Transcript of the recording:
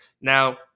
Now